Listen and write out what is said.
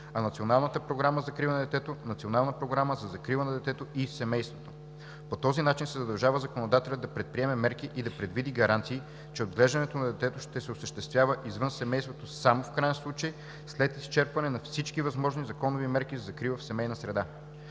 а Националната програма за закрила на детето – Национална програма за закрила на детето и семейството. По този начин се задължава законодателят да предприеме мерки и да предвиди гаранции, че отглеждането на детето ще се осъществява извън семейството само в краен случай, след изчерпване на всички възможни законови мерки за закрила в семейна среда.